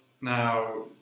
Now